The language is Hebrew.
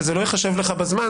וזה לא ייחשב לך בזמן,